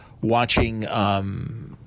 watching –